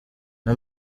nta